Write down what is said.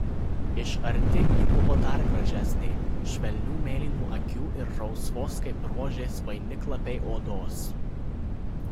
iš arti ji buvo dar gražesnė švelnių mėlynų akių ir rausvos kaip rožės vainiklapiai odos